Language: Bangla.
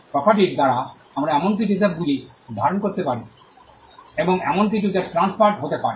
প্রপার্টির দ্বারা আমরা এমন কিছু হিসাবে বুঝি যা ধারণ করতে পারে এবং এমন কিছু যা ট্রান্সফারড হতে পারে